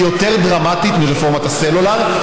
היא יותר דרמטית מרפורמת הסלולר.